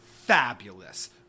Fabulous